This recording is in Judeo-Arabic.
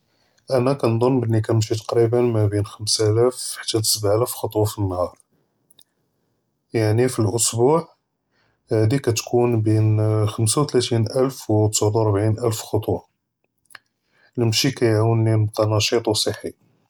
אנה כנזן בלי כנמשי תקראיבן מאבין חמסלאף חתא סבעלאף חטווא פלאנהאר, יעני פי לאסבוע האדי כתכון בין חמס ותלתין אלף ותסע וורבעין אלף חטווא, אלמשי כיעאוני נבקא נשיט וצחִי.